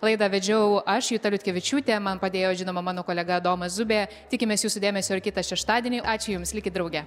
laidą vedžiau aš juta vitkevičiūtė man padėjo žinoma mano kolega domas zubė tikimės jūsų dėmesio ir kitą šeštadienį ačiū jums likit drauge